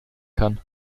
kann